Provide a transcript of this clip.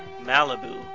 Malibu